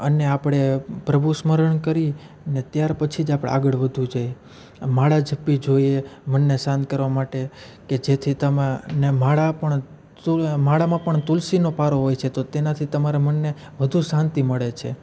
અને આપણે પ્રભુ સ્મરણ કરીએ અને ત્યાર પછી જ આપણે આગળ વધવું જોઈએ માળા જપવી જોઈએ મનને શાંત કરવા માટે કે જેથી તમાને માળા પણ માળામાં પણ તુલસીનો પારો હોય છે તો તેનાથી તમારા મનને વધુ શાંતિ મળે છે